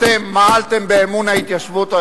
אתם מעלתם באמון ההתיישבות היום.